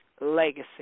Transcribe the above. legacy